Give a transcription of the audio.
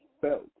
felt